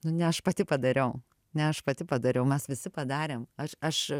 nu ne aš pati padariau ne aš pati padariau mes visi padarėm aš aš